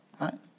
right